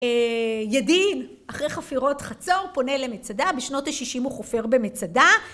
ידין, אחרי חפירות חצור, פונה למצדה. בשנות ה-60 הוא חופר במצדה.